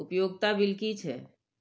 उपयोगिता बिल कि छै?